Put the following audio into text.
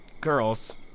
girls